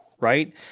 right